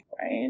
Right